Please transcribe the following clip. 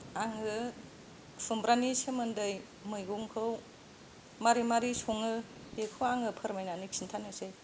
आङो खुम्ब्रानि सोमोन्दै मैगंखौ माबोरै माबोरै सङो बेखौ आङो फोरमायनानै खिन्थानोसै